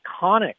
iconic